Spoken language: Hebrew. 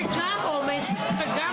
זה גם עומס וגם